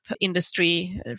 industry